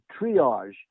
triage